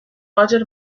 roger